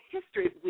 History